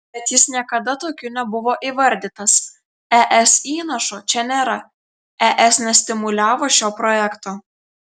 bet jis niekada tokiu nebuvo įvardytas es įnašo čia nėra es nestimuliavo šio projekto